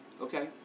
Okay